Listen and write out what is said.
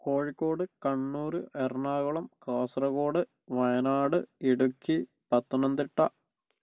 Kozhikode Kannur Ernakulam Kasaragod Wayanad Idukki Pathanamthitta